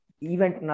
event